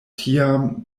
tiam